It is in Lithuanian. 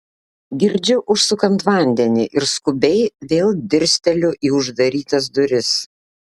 girdžiu užsukant vandenį ir skubiai vėl dirsteliu į uždarytas duris